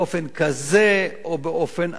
באופן כזה או באופן אחר,